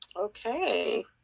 Okay